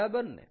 બરાબર ને